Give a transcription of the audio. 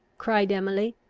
cried emily,